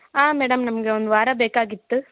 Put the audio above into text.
ಹಾ ಮೇಡಮ್ ನಮಗೆ ಒಂದು ವಾರ ಬೇಕಾಗಿತ್ತು